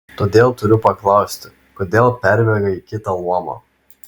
todėl turiu paklausti kodėl perbėgai į kitą luomą